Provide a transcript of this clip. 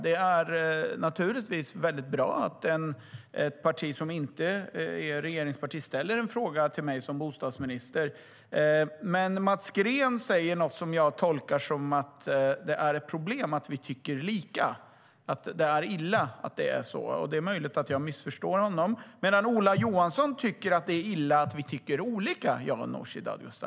Det är naturligtvis bra att ett parti som inte är ett regeringsparti ställer en fråga till mig som bostadsminister. Mats Green säger dock något jag tolkar som att det är ett problem att jag och Nooshi Dadgostar tycker lika om att det är illa att det är så - det är möjligt att jag missförstår honom - medan Ola Johansson tycker att det är illa att vi tycker olika.